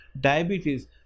diabetes